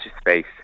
space